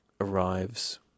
arrives